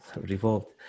revolt